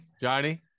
johnny